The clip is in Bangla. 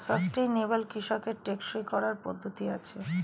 সাস্টেনেবল কৃষিকে টেকসই করার পদ্ধতি আছে